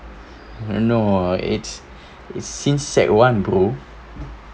no it's it's since sec one bro